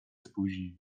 spóźnił